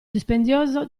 dispendioso